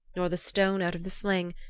nor the stone out of the sling,